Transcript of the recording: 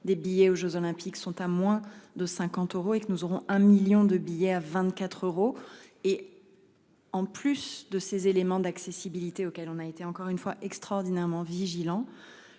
des billets aux Jeux olympiques sont à moins de 50 euros et que nous aurons un million de billets à 24 euros et. En plus de ces éléments d'accessibilité auquel on a été encore une fois extraordinairement vigilants.